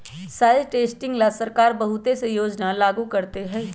soil testing ला सरकार बहुत से योजना लागू करते हई